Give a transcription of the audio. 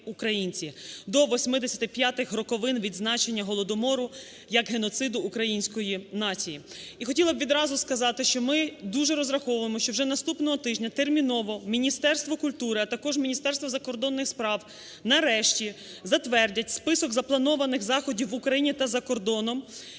до 85-х роковин відзначення Голодомору як геноциду української нації. І хотіла б відразу сказати, що ми дуже розраховуємо, що вже наступного тижня терміново Міністерство культури, а також Міністерство закордонних справ нарешті затвердять список запланованих заходів в Україні та за кордоном